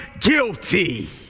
guilty